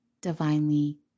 divinely